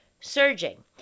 surging